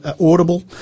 audible